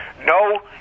No